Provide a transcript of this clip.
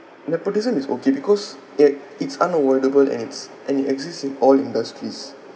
nepotism is okay because it it's unavoidable and it's and it exists in all industries